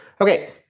Okay